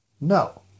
No